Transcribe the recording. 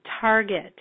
target